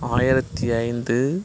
ஆயிரத்து ஐந்து